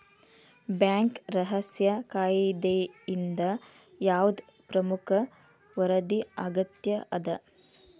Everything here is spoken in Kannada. ಬ್ಯಾಂಕ್ ರಹಸ್ಯ ಕಾಯಿದೆಯಿಂದ ಯಾವ್ದ್ ಪ್ರಮುಖ ವರದಿ ಅಗತ್ಯ ಅದ?